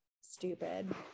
stupid